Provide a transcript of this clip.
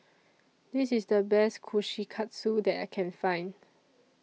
This IS The Best Kushikatsu that I Can Find